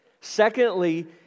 secondly